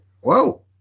whoa